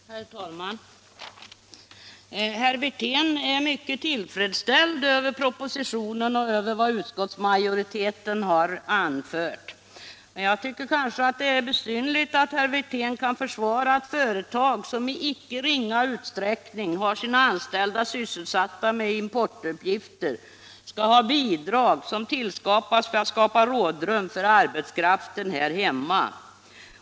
Herr talman! Herr Wirtén är mycket tillfredsställd med propositionen och med vad utskottsmajoriteten har anfört. Men jag tycker att det är besynnerligt att herr Wirtén kan försvara att ett företag, som i icke ringa utsträckning har sina anställda sysselsatta med importuppgifter, skall ha bidrag för att skapa rådrum för arbetskraften här hemma.